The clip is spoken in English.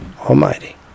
Almighty